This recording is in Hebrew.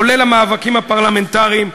כולל המאבקים הפרלמנטריים.